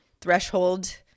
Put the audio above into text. threshold